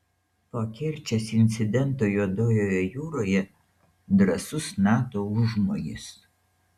po kerčės incidento juodojoje jūroje drąsus nato užmojis